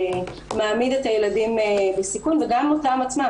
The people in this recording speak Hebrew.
שמעמיד את הילדים בסיכון וגם אותם עצמם,